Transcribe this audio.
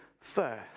first